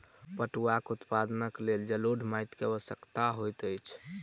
पटुआक उत्पादनक लेल जलोढ़ माइट के आवश्यकता होइत अछि